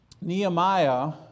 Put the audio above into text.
Nehemiah